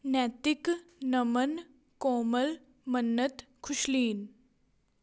ਨੈਤਿਕ ਨਮਨ ਕੋਮਲ ਮੰਨਤ ਖੁਸ਼ਲੀਨ